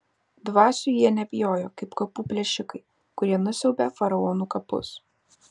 dvasių jie nebijojo kaip kapų plėšikai kurie nusiaubia faraonų kapus